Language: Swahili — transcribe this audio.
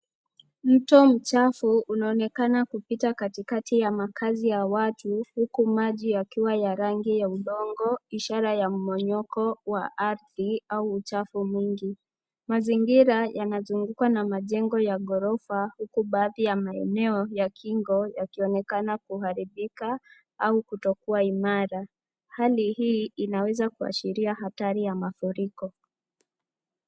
Mto mchafu unaonekana kupita katikati ya makazi ya watu, huku maji yakiwa ya rangi ya udongo, ishara ya mmomonyoko wa ardhi au uchafu mwingi. Mazingira yanazungukwa na majengo ya ghorofa, huku baadhi ya maeneo ya kingo, yakionekana kuharibika au kutokua imara. Hali hii inaweza inaweza kuashiria hatari ya mafuriko.